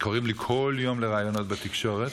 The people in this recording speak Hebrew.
קוראים לי כל יום לראיונות בתקשורת.